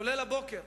גם הבוקר: